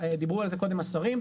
דיברו על זה קודם השרים,